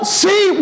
see